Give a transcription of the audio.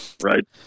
Right